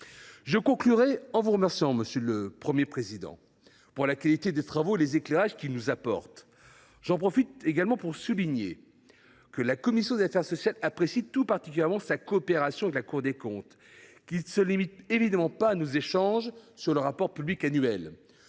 Je conclus en vous remerciant, monsieur le Premier président, pour la qualité de vos travaux et des éclairages qu’ils nous apportent. La commission des affaires sociales apprécie tout particulièrement sa coopération avec la Cour des comptes, qui ne se limite évidemment pas à nos échanges sur le rapport public annuel.